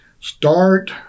start